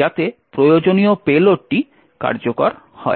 যাতে প্রয়োজনীয় পেলোডটি কার্যকর হয়